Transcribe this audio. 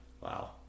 Wow